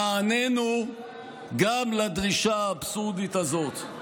נענינו גם לדרישה האבסורדית הזאת.